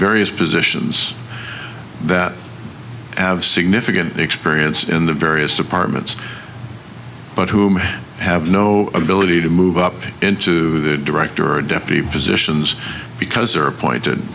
various positions that have significant experience in the various departments but whom have no ability to move up into the director or deputy positions because they're appointed